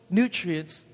nutrients